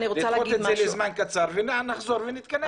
לדחות את זה לזמן קצר ונחזור ונתכנס.